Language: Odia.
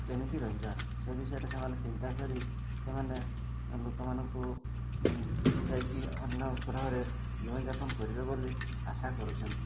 କେମିତି ରହିବା ସେ ବିଷୟରେ ସେମାନେ ଚିନ୍ତା କରି ସେମାନେ ଲୋକମାନଙ୍କୁ ଯାଇକି ଅନ୍ୟ ଗ୍ରହରେ ଜୀବନଯାପନ କରିବେ ବୋଲି ଆଶା କରୁଛନ୍ତି